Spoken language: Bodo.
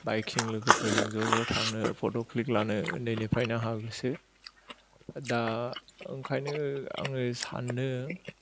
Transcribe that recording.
बाइकजों लोगोफोरजों ज' ज' थांनो फत' क्लिक लानो उन्दैनिफ्रायनो आंहा गोसो दा ओंखायनो आङो सानो